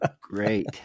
great